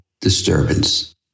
disturbance